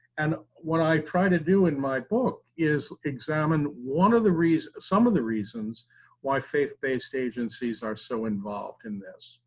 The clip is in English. and what i try to do in my book is examine one of the reasons, some of the reasons why faith based agencies are so involved in this.